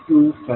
5S 0